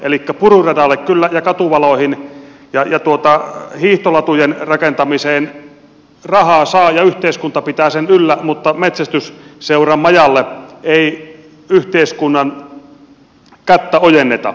elikkä pururadalle kyllä ja katuvaloihin ja hiihtolatujen rakentamiseen rahaa saa ja yhteiskunta pitää sen yllä mutta metsästysseuran majalle ei yhteiskunnan kättä ojenneta